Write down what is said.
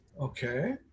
Okay